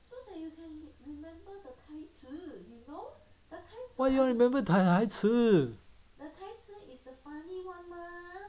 why you want remember 台词